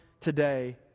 today